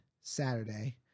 Saturday